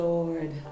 Lord